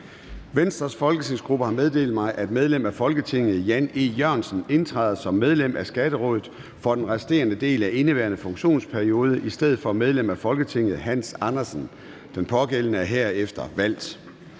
Venstres folketingsgruppe har meddelt mig, at medlem af Folketinget Jan E. Jørgensen indtræder som medlem af Skatterådet for den resterende del af indeværende funktionsperiode i stedet for medlem af Folketinget Hans Andersen. Den pågældende er herefter valgt.